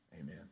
Amen